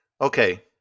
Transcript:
Okay